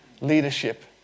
leadership